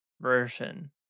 version